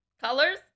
Colors